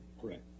correct